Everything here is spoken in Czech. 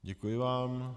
Děkuji vám.